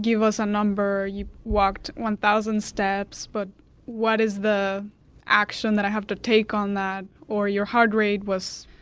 give us a number, you walked one thousand steps, but what is the action that i have to take on that, or your heart rate was